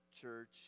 church